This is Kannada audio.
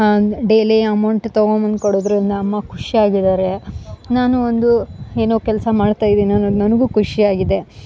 ಡೈಲಿ ಅಮೌಂಟ್ ತಗೊಂಬಂದು ಕೊಡೋದರಿಂದ ಅಮ್ಮ ಖುಷ್ಯಾಗಿದ್ದಾರೆ ನಾನು ಒಂದು ಏನೋ ಕೆಲಸ ಮಾಡ್ತಾ ಇದ್ದೀನಿ ಅನ್ನೋದು ನನಗೂ ಖುಷ್ಯಾಗಿದೆ